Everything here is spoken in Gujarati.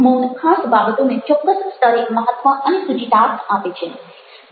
મૌન ખાસ બાબતોને ચોક્કસ સ્તરે મહત્ત્વ અને સૂચિતાર્થ આપે છે